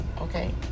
Okay